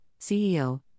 CEO